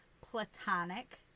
platonic